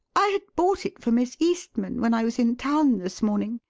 i had bought it for miss eastman when i was in town this morning.